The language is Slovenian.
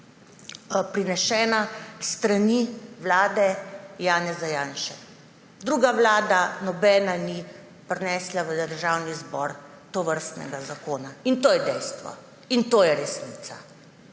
prinesena s strani vlade Janeza Janše. Nobena druga vlada ni prinesla v Državni zbor tovrstnega zakona. In to je dejstvo. In to je resnica